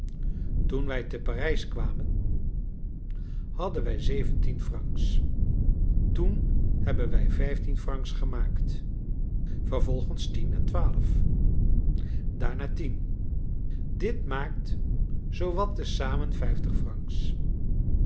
toen wij te parijs kwamen hadden wij zeventien francs toen hebben wij vijftien francs gemaakt vervolgens tien en twaalf daarna tien dit maakt zoowat te zamen vijftig francs